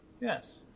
Yes